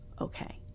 okay